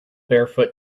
barefoot